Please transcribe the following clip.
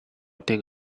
think